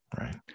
right